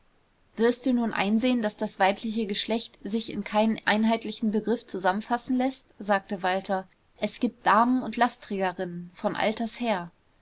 wirst du nun einsehen daß das weibliche geschlecht sich in keinen einheitlichen begriff zusammenfassen läßt sagte walter es gibt damen und lastträgerinnen von alters her